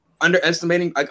underestimating